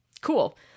cool